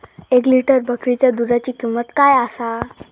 एक लिटर बकरीच्या दुधाची किंमत काय आसा?